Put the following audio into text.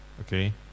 Okay